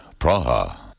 Praha